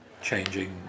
changing